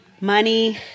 Money